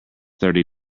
thirty